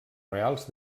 reals